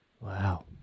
Wow